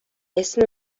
اسم